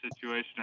situation